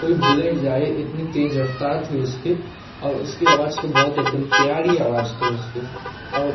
कोई बुलेट जा रही इतनी तेज़ रफ़्तार थी उसकी और उसकी आवाज़ तो बहुत एक दम प्यारी आवाज़ थी उसकी और